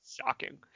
shocking